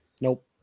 Nope